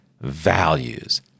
values